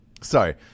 Sorry